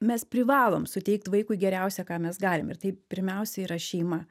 mes privalom suteikt vaikui geriausia ką mes galim ir tai pirmiausia yra šeima